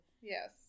Yes